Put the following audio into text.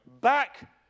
back